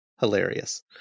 Hilarious